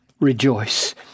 rejoice